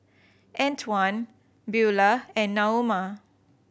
Antwan Beulah and Naoma